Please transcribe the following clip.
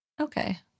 Okay